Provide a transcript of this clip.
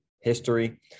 history